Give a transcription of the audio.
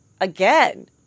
again